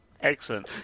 Excellent